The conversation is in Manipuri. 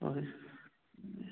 ꯍꯣꯏ